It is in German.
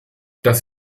das